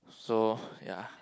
so ya